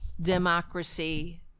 democracy